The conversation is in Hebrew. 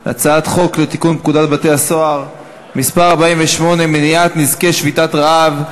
על הצעת חוק לתיקון פקודת בתי-הסוהר (מס' 48) (מניעת נזקי שביתת רעב),